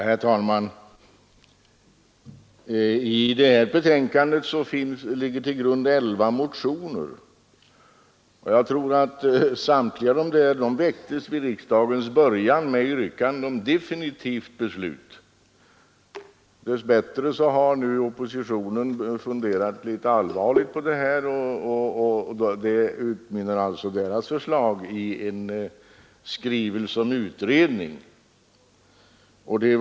Herr talman! Detta betänkande är föranlett av elva motioner, av vilka de flesta väcktes vid riksdagens början med yrkanden om definitivt beslut. Dess bättre har nu oppositionen funderat litet allvarligare på detta spörsmål, och dess förslag utmynnar i en hemställan om en skrivelse till Kungl. Maj:t med begäran om utredning.